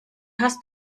hast